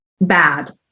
bad